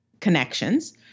connections